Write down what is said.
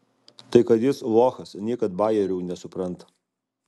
tai kad jis lochas niekad bajerių nesupranta